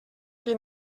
que